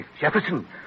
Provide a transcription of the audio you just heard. Jefferson